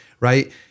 right